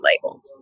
labeled